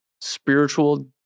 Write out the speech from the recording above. spiritual